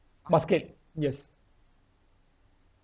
basket yes